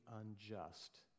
unjust